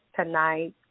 tonight